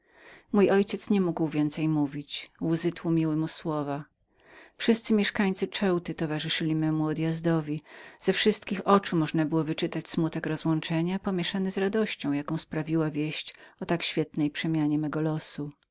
mój ojciec nie mógł więcej mówić łzy tłumiły mu słowa w piersiach wszyscy mieszkańcy ceuty towarzyszyli memu odjazdowi ze wszystkich oczu można było wyczytać smutek rozłączenia pomieszany z radością jaką sprawiła wieść o tak świetnej przemianie mego losu